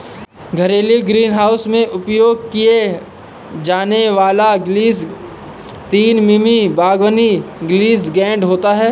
घरेलू ग्रीनहाउस में उपयोग किया जाने वाला ग्लास तीन मिमी बागवानी ग्लास ग्रेड होता है